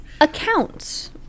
accounts